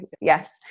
yes